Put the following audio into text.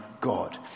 God